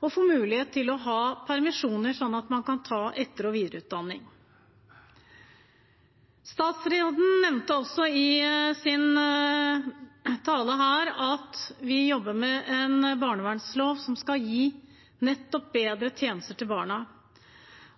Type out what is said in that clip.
og å ha permisjoner, slik at de kan ta etter- og videreutdanning. Statsråden nevnte også i sin tale her at vi jobber med en barnevernslov som skal gi nettopp bedre tjenester til barna.